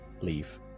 leave